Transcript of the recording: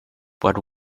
but